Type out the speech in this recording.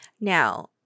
Now